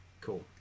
Cool